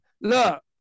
look